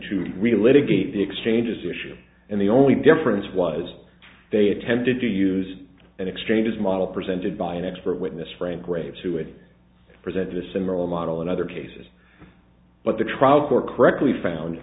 again the exchanges issue and the only difference was they attempted to use an exchange as model presented by an expert witness frank graves who is present a similar model in other cases but the trial court correctly found